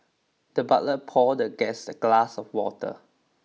the butler poured the guest a glass of water